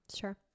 Sure